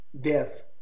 death